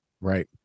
Right